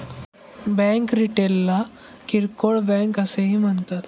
bank रिटेलला किरकोळ bank असेही म्हणतात